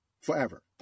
forever